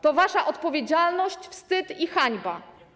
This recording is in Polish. To wasza odpowiedzialność, to wstyd i hańba.